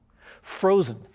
frozen